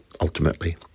ultimately